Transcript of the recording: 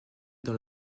dans